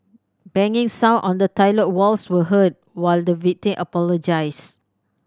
banging sound on the toilet walls were heard while the victim apologized